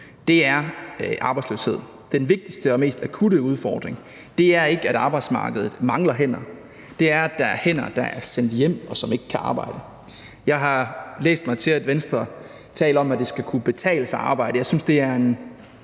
nu, er arbejdsløshed. Den vigtigste og mest akutte udfordring er ikke, at arbejdsmarkedet mangler hænder; det er, at der er hænder, der er sendt hjem, og som ikke kan arbejde. Jeg har læst mig til, at Venstre taler om, at det skal kunne betale sig at arbejde. Jeg synes, det er en